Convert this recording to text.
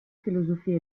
filosofia